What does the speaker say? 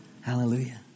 Hallelujah